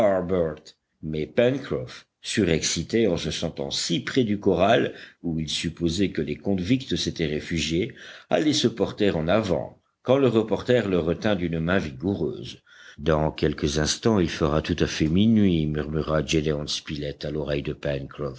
mais pencroff surexcité en se sentant si près du corral où il supposait que les convicts s'étaient réfugiés allait se porter en avant quand le reporter le retint d'une main vigoureuse dans quelques instants il fera tout à fait nuit murmura gédéon spilett à l'oreille de